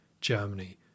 Germany